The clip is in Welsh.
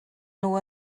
nhw